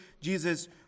Jesus